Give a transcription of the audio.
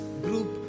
group